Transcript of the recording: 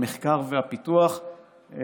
המחקר והפיתוח,